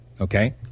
Okay